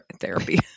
therapy